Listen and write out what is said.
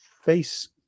Face